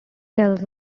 tells